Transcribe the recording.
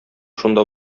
шунда